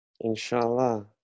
inshallah